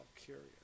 curious